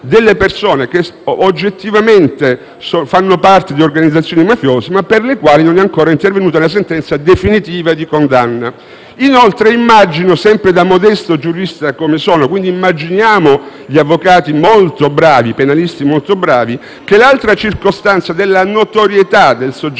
anni persone che oggettivamente fanno parte di organizzazioni mafiose, ma per le quali non è ancora intervenuta la sentenza definitiva di condanna. Inoltre, immagino - sempre da modesto giurista quale sono, quindi immaginiamo gli avvocati penalisti molto bravi - che l'altra circostanza della notorietà, per il soggetto